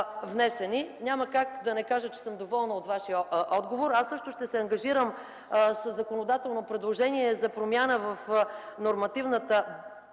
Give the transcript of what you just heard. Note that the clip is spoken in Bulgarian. внесени. Няма как да не кажа, че съм доволна от Вашия отговор. Аз също ще се ангажирам със законодателно предложение за промяна в нормативната